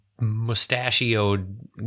mustachioed